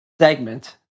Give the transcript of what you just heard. segment